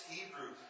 Hebrew